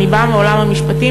אני באה מעולם המשפטים,